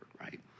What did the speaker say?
right